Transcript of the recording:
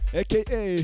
aka